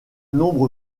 nombre